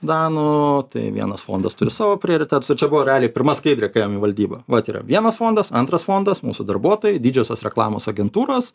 danų tai vienas fondas turi savo prioritetus o čia buvo realiai pirma skaidrė kai ėjom į valdybą vat yra vienas fondas antras fondas mūsų darbuotojai didžiosios reklamos agentūros